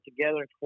together